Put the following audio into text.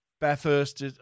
Bathurst